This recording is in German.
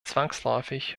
zwangsläufig